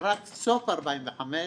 סוף שנת 45'